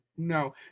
No